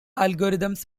algorithms